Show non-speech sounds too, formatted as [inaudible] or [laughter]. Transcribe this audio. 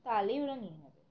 [unintelligible]